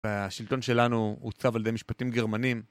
השלטון שלנו עוצב על ידי משפטים גרמנים.